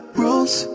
rules